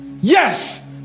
Yes